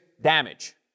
damage